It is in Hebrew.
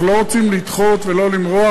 אנחנו לא רוצים לדחות ולא למרוח.